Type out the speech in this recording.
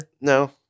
No